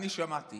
אני שמעתי